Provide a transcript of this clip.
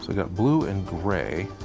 got blue and gray.